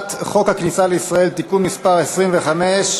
הצעת חוק הכניסה לישראל (תיקון מס' 25)